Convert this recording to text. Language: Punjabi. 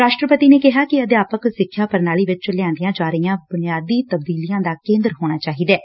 ਰਾਸ਼ਟਰਪਤੀ ਨੇ ਕਿਹਾ ਕਿ ਅਧਿਆਪਕ ਸਿੱਖਿਆ ਪੁਣਾਲੀ ਵਿਚ ਲਿਆਂਦੀਆਂ ਜਾਂ ਰਹੀਆਂ ਬੁਨਿਆਦੀ ਤਬਦੀਲੀਆਂ ਦਾ ਕੇਂਦਰ ਹੋਣਾ ਚਾਹੀਦੈ